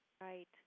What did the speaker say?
Right